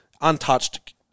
untouched